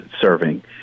serving